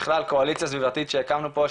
בכלל קואליציה סביבתית שהקמנו פה,